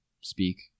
speak